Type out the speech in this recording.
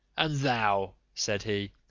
and thou, said he,